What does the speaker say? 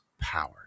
power